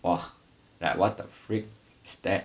!wah! like what the freak is that